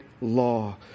law